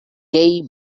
gay